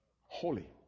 holy